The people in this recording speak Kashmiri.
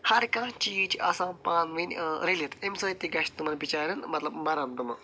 ہر کانٛہہ چیٖز چھُ آسان پانہٕ ؤنۍ رٔلِتھ امہِ سۭتۍ گژھِ تِمن بچارٮ۪ن مطلب مرن تِم